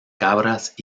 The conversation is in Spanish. cabras